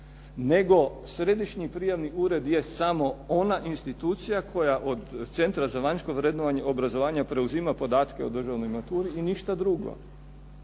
nego središnji prijavni ured je samo ona institucija koja od centra za vanjsko vrednovanje, obrazovanja preuzima podatke o državnoj maturi i ništa drugo.